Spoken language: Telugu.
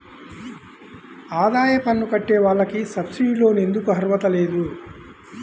ఆదాయ పన్ను కట్టే వాళ్లకు సబ్సిడీ లోన్ ఎందుకు అర్హత లేదు?